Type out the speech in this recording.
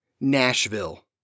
Nashville